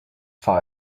far